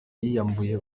yiyambuye